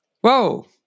Whoa